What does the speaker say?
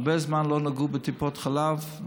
הרבה זמן לא נגעו בטיפות חלב.